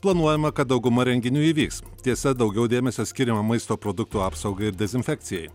planuojama kad dauguma renginių įvyks tiesa daugiau dėmesio skiriama maisto produktų apsaugai ir dezinfekcijai